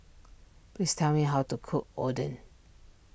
please tell me how to cook Oden